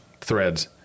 threads